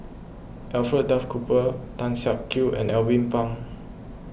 Alfred Duff Cooper Tan Siak Kew and Alvin Pang